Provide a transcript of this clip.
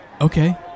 Okay